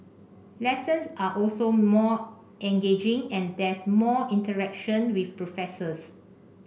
lessons are also more engaging and there's more interaction with professors